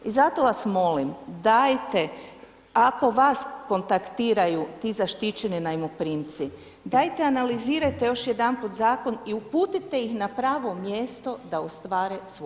I zato vas molim, dajte ako vas kontaktiraju ti zaštićeni najmoprimci dajte analizirajte još jedanput zakon i uputite ih na pravo mjesto da ostvare svoja prava.